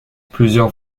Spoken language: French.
plusieurs